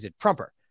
Trumper